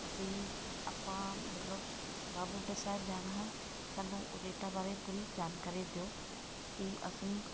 ਅਸੀਂ ਆਪਾਂ ਮਤਲਬ ਬਾਬਾ ਬੁੱਢਾ ਸਾਹਿਬ ਜਾਣਾ ਹੈ ਸਾਨੂੰ ਰੇਟਾਂ ਬਾਰੇ ਪੂਰੀ ਜਾਣਕਾਰੀ ਦਿਓ ਕਿ ਅਸੀਂ